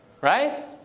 right